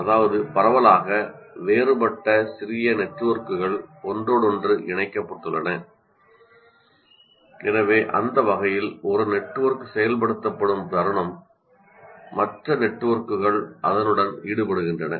அதாவது பரவலாக வேறுபட்ட சிறிய நெட்வொர்க்குகள் ஒன்றோடொன்று இணைக்கப்பட்டுள்ளன எனவே அந்த வகையில் ஒரு நெட்வொர்க் செயல்படுத்தப்படும் தருணம் மற்ற நெட்வொர்க்குகள் அதனுடன் ஈடுபடுகின்றன